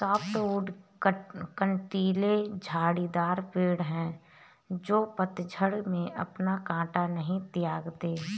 softwood कँटीले झाड़ीदार पेड़ हैं जो पतझड़ में अपना काँटा नहीं त्यागते